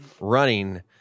Running